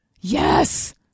Yes